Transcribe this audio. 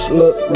look